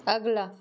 अगला